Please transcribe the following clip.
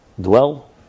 dwell